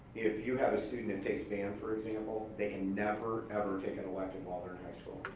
if you have a student that takes band for example they can never ever take an elective while they're in high school.